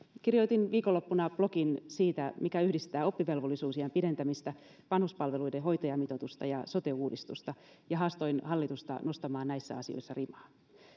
kirjoitin viikonloppuna blogin siitä mikä yhdistää oppivelvollisuusiän pidentämistä vanhuspalveluiden hoitajamitoitusta ja sote uudistusta ja haastoin hallitusta nostamaan näissä asioissa rimaa